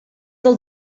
del